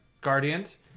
Guardians